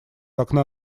окна